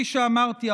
כפי שאמרתי,